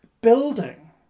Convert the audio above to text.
building